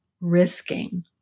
risking